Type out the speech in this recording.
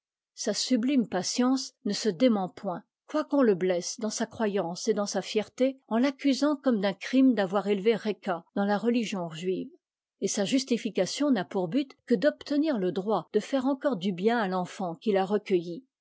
sa sublime patience ne se dément point quoiqu'on le blesse dans sa croyance et dans sa fierté en l'accusant comme d'un crime d'avoir élevé reca dans la religion juive et sa justification n'a pour but que d'obtenir le droit de faire encore du bien à l'enfant qu'il a recueilli